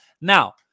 Now